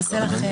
עשוי נכון,